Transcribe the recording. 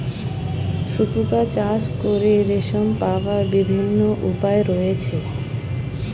শুঁয়োপোকা চাষ করে রেশম পাওয়ার বিভিন্ন উপায় রয়েছে